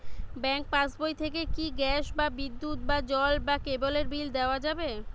Bank পাশবই থেকে কি গ্যাস বা বিদ্যুৎ বা জল বা কেবেলর বিল দেওয়া যাবে?